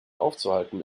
aufzuhalten